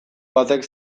batek